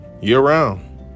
year-round